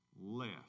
left